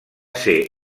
ser